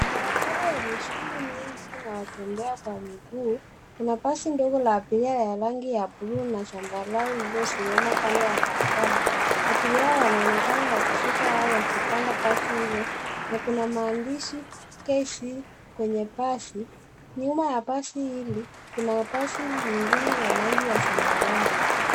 Barabara yenye shughuli nyingi na watembea kwa miguu. Kuna basi ndogo la abiria la rangi ya buluu na zambarau lililosimama kando ya barabara. Abiria wanaonekana wakishuka au wakipanda basi hilo na kuna maandishi K C kwenye basi. Nyuma ya basi hili kuna basi lingine la rangi ya zambarau.